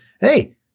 Hey